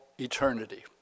eternity